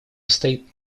стоит